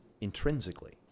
intrinsically